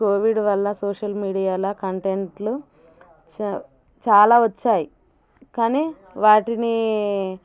Covid వల్ల social మీడియాలో కంటెంట్లు చాలా వచ్చాయి కానీ వాటిని